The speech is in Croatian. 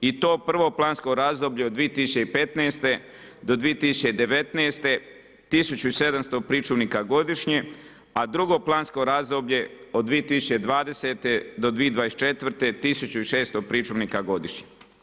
I to prvo plansko razdoblje od 2015. do 2019., 1 700 pričuvnika godišnje a drugo plansko razdoblje od 2020. do 2024., 1 600 pričuvnika godišnje.